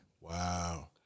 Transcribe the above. Wow